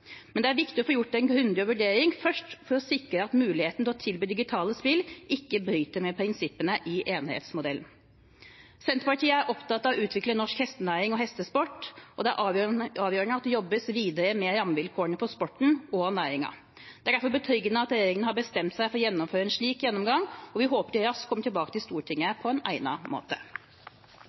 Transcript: Men det er viktig å få gjort en grundig vurdering først for å sikre at muligheten til å tilby digitale spill ikke bryter med prinsippene i enerettsmodellen. Senterpartiet er opptatt av å utvikle norsk hestenæring og hestesport, og det er avgjørende at det jobbes videre med rammevilkårene for sporten og næringen. Det er derfor betryggende at regjeringen har bestemt seg for å gjennomføre en slik gjennomgang, og vi håper de raskt kommer tilbake til Stortinget på egnet måte.